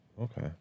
Okay